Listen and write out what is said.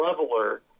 leveler